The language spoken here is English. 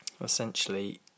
Essentially